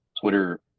Twitter